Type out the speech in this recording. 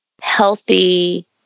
healthy